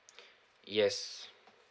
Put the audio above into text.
yes